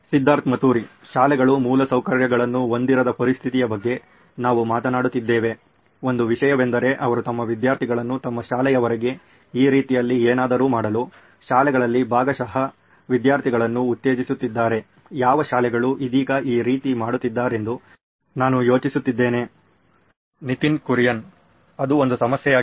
ಸಿದ್ಧಾರ್ಥ್ ಮತುರಿ ಶಾಲೆಗಳು ಮೂಲಸೌಕರ್ಯಗಳನ್ನು ಹೊಂದಿರದ ಪರಿಸ್ಥಿತಿಯ ಬಗ್ಗೆ ನಾವು ಮಾತನಾಡುತ್ತಿದ್ದೇವೆ ಒಂದು ವಿಷಯವೆಂದರೆ ಅವರು ತಮ್ಮ ವಿದ್ಯಾರ್ಥಿಗಳನ್ನು ತಮ್ಮ ಶಾಲೆಯ ಹೊರಗೆ ಈ ರೀತಿಯಲ್ಲಿ ಏನಾದರೂ ಮಾಡಲು ಶಾಲೆಗಳಲ್ಲಿ ಭಾಗಶಃ ವಿದ್ಯಾರ್ಥಿಗಳನ್ನು ಉತ್ತೇಜಿಸುತ್ತಿದ್ದಾರೆ ಯಾವ ಶಾಲೆಗಳು ಇದೀಗ ಈ ರೀತಿ ಮಾಡುತ್ತಿದ್ದಾರೆಂದು ನಾನು ಯೋಚಿಸುತ್ತಿದ್ದೇನೆ ನಿತಿನ್ ಕುರಿಯನ್ ಅದು ಒಂದು ಸಮಸ್ಯೆಯಾಗಿದೆ